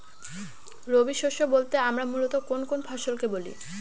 রবি শস্য বলতে আমরা মূলত কোন কোন ফসল কে বলি?